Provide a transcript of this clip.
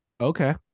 Okay